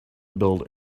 build